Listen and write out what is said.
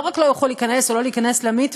לא רק לא יוכלו להיכנס או לא להיכנס למקווה,